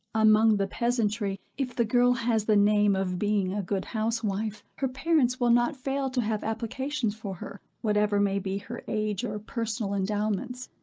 among the peasantry, if the girl has the name of being a good housewife, her parents will not fail to have applications for her, whatever may be her age or personal endowments.